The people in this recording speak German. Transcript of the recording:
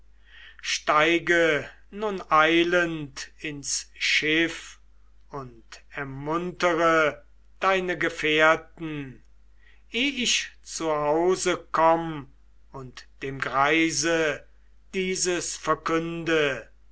steige nun eilend ins schiff und ermuntere deine gefährten eh ich zu hause komm und dem greise dieses verkünde